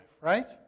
right